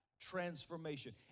transformation